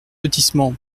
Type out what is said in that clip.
lotissement